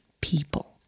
people